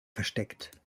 versteckt